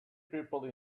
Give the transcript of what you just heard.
people